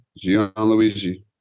Gianluigi